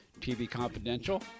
tvconfidential